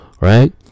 right